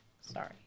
Sorry